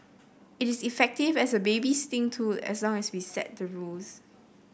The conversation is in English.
it is effective as a babysitting tool as long as we set the rules